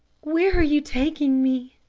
where are you taking me?